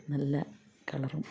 നല്ല കളറും